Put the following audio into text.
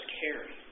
carry